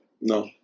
no